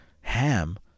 ham